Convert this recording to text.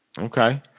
Okay